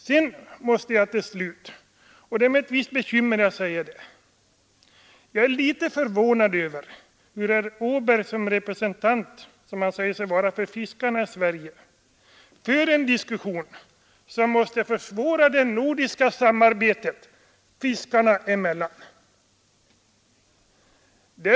Sedan måste jag med visst bekymmer säga att jag är litet förvånad över att herr Åberg som representant för fiskarna i Sverige vill föra en diskussion som måste försvåra det nordiska samarbetet fiskarna emellan.